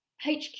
HQ